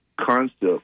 concept